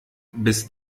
bis